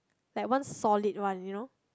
like one solid one you know